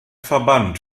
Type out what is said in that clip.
verband